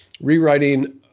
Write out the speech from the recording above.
rewriting